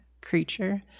creature